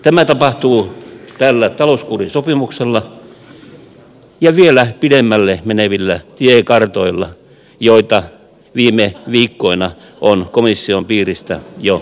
tämä tapahtuu tällä talouskurisopimuksella ja vielä pidemmälle menevillä tiekartoilla joita viime viikkoina on komission piiristä jo esitelty